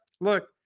look